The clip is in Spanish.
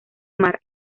mar